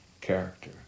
character